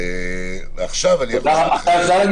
אושר.